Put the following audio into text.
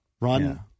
run